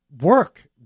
work